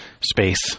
space